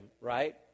Right